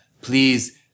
Please